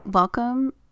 Welcome